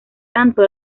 tanto